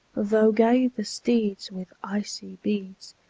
though gay the steeds with icy beads,